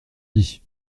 dit